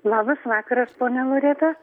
labas vakaras ponia loreta